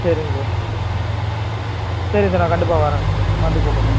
சரிங்க சார் சரிங்க சார் நான் கண்டிப்பாக வரன் வந்து கூப்பிடுறன்